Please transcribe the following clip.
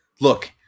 look